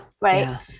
Right